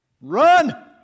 run